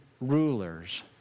rulers